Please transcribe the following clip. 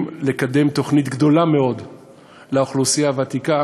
לקדם תוכנית גדולה מאוד לאוכלוסייה הוותיקה